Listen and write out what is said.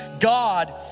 God